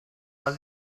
was